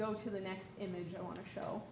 go to the next image i want to show